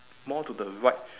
more to the right